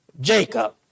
Jacob